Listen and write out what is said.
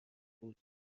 بود